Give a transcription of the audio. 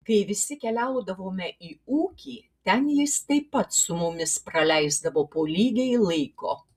kai visi keliaudavome į ūkį ten jis taip pat su mumis praleisdavo po lygiai laiko